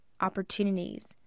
opportunities